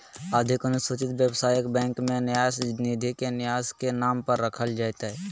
अधिक अनुसूचित व्यवसायिक बैंक में न्यास निधि के न्यास के नाम पर रखल जयतय